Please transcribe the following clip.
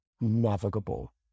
Navigable